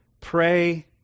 pray